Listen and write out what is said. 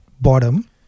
bottom